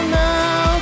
now